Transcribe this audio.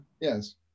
Yes